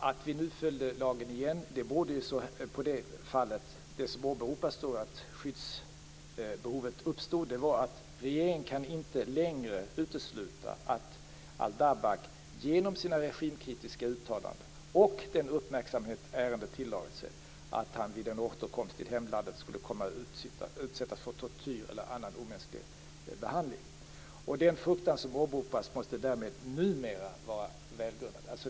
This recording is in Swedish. Att vi nu följde lagen igen i det här fallet, där det skyddsbehov som uppstått åberopas, beror på att regeringen inte längre kan utesluta att Al-Dabbagh, genom sina regimkritiska uttalanden och den uppmärksamhet som ärendet har tilldragit sig, vid en återkomst till hemlandet skulle komma att utsättas för tortyr eller annan omänsklig behandling. Den fruktan som åberopas måste därmed numera vara välgrundad.